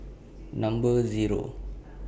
Number Zero